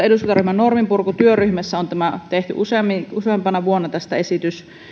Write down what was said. eduskuntaryhmän norminpurkutyöryhmässä on tehty useampana vuonna tästä esitys